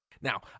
Now